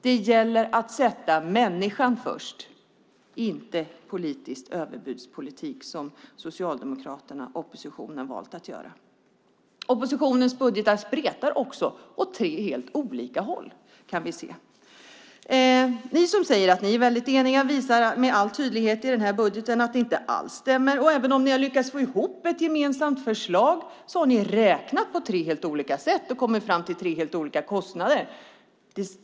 Det gäller att sätta människan först, inte politisk överbudspolitik som Socialdemokraterna och den övriga oppositionen valt att göra. Vi kan också se att oppositionens budgetar spretar åt tre helt olika håll. Ni säger att ni är eniga men visar med all tydlighet i denna budget att det inte alls stämmer. Även om ni har lyckats få ihop ett gemensamt förslag har ni räknat på tre helt olika sätt och kommit fram till tre helt olika kostnader.